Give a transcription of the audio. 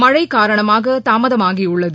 மழைகாரணமாகதாமதமாகிடள்ளது